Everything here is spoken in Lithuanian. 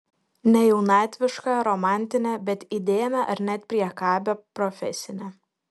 ne jaunatvišką romantinę bet įdėmią ar net priekabią profesinę